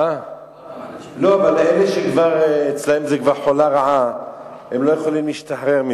זה לא אותם אנשים